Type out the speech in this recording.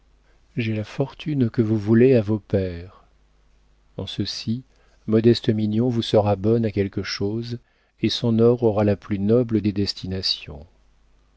j'ai la fortune que vous voulez à vos pairs en ceci modeste mignon vous sera bonne à quelque chose et son or aura la plus noble des destinations